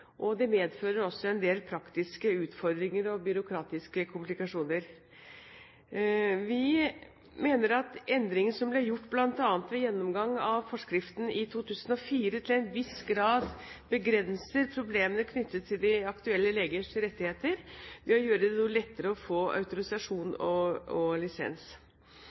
og det medfører også en del praktiske utfordringer og byråkratiske komplikasjoner. Vi mener at endringer som ble gjort bl.a. ved gjennomgang av forskriften i 2004, til en viss grad begrenser problemene knyttet til de aktuelle legers rettigheter ved å gjøre det lettere å få autorisasjon og lisens.